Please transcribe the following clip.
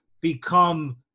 become